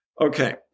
Okay